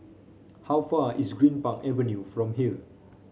how far is Greenpark Avenue from here